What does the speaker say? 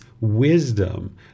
wisdom